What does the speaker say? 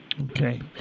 okay